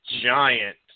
giant